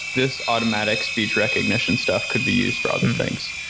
this automatic speech recognition stuff could be used for other things.